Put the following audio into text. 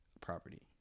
property